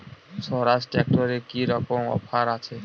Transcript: স্বরাজ ট্র্যাক্টরে কি রকম অফার আছে?